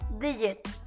digit